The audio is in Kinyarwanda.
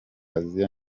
asiya